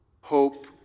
hope